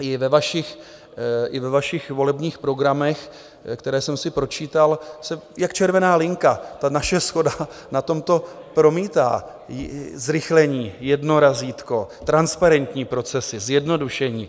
I ve vašich volebních programech, které jsem si pročítal, se jak červená linka naše shoda na tomto promítá zrychlení, jedno razítko, transparentní procesy, zjednodušení.